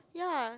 ya